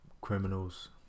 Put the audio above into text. criminals